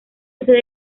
hace